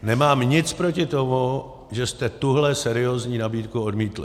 Nemám nic proti tomu, že jste tuhle seriózní nabídku odmítli.